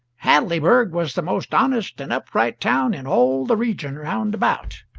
hadleyburg was the most honest and upright town in all the region round about.